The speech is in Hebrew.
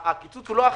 הקיצוץ לא אחיד.